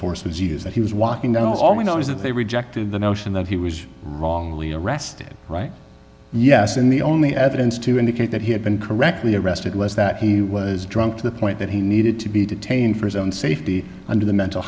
force was used that he was walking down all we know is that they rejected the notion that he was wrongly arrested right yes and the only evidence to indicate that he had been correctly arrested was that he was drunk to the point that he needed to be detained for his own safety under the mental